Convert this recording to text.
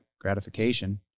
gratification